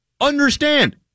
Understand